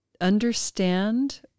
understand